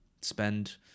spend